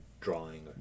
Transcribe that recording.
drawing